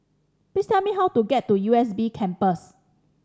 please tell me how to get to U S B Campus